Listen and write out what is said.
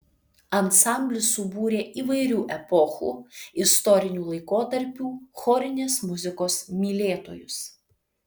ansamblis subūrė įvairių epochų istorinių laikotarpių chorinės muzikos mylėtojus